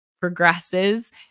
progresses